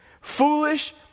foolish